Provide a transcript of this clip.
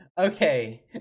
Okay